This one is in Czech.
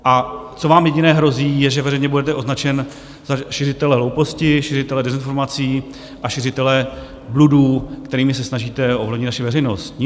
A co vám jediné hrozí, je, že veřejně budete označen za šiřitele hlouposti, šiřitele dezinformací a šiřitele bludů, kterými se snažíte ovlivnit naši veřejnost.